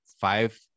five